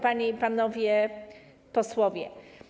Panie i Panowie Posłowie!